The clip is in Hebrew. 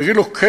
יגידו לו: כן